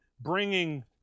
bringing